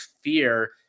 fear